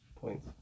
Points